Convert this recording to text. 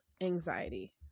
anxiety